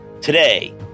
Today